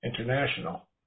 International